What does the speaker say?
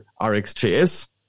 RxJS